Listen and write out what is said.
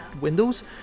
windows